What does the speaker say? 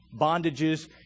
bondages